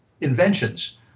inventions